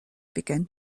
began